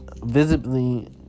visibly